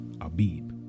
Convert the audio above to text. Abib